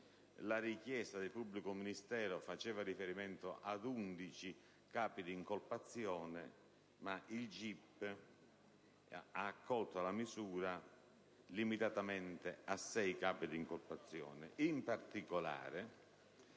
La richiesta del pubblico ministero faceva riferimento ad undici capi di incolpazione, ma il GIP ha accolto la misura limitatamente a sei capi di incolpazione.